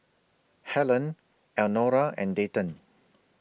Hellen Elnora and Dayton